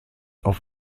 auf